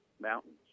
mountains